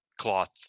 cloth